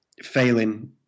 Failing